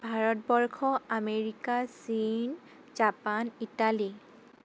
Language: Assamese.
ভাৰতবৰ্ষ আমেৰিকা চীন জাপান ইটালী